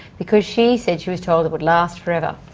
because she said she was told it would last forever.